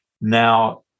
now